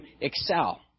excel